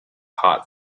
heart